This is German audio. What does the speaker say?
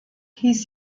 hieß